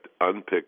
unpicked